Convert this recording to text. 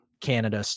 Canada